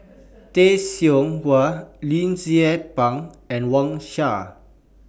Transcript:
Tay Seow Huah Lim Tze Peng and Wang Sha